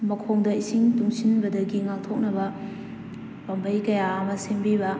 ꯃꯈꯣꯡꯗ ꯏꯁꯤꯡ ꯇꯨꯡꯁꯤꯟꯕꯗꯒꯤ ꯉꯥꯛꯊꯣꯛꯅꯕ ꯄꯥꯝꯕꯩ ꯀꯌꯥ ꯑꯃ ꯁꯦꯝꯕꯤꯕ